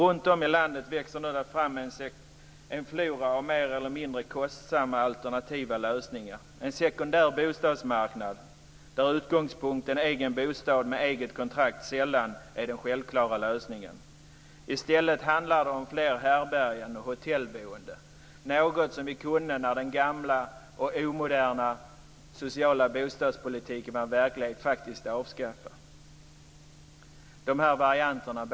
Runtom i landet växer det nu fram en flora av mer eller mindre kostsamma alternativa lösningar, en sekundär bostadsmarknad där utgångspunkten egen bostad med eget kontrakt sällan är den självklara lösningen. I stället handlar det om fler härbärgen och hotellboende. Detta är faktiskt något som vi kunde avskaffa när den gamla och omoderna sociala bostadspolitiken var verklighet.